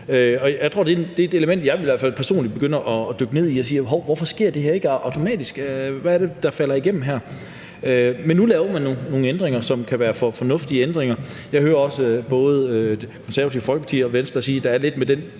begynde at dykke ned i og sige: Hov, hvorfor sker det her ikke automatisk? Hvad er det, der falder igennem her? Men nu laver man nogle ændringer, som kan være fornuftige. Jeg hører også både Det Konservative Folkeparti og Venstre sige, at der er lidt, med den